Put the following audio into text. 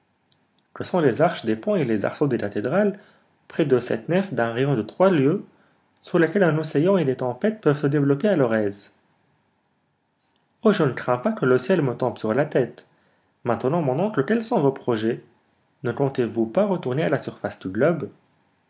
que sont les arches des ponts et les arceaux des cathédrales auprès de cette nef d'un rayon de trois lieues sous laquelle un océan et des tempêtes peuvent se développer à leur aise oh je ne crains pas que le ciel me tombe sur la tête maintenant mon oncle quels sont vos projets ne comptez-vous pas retourner à la surface du globe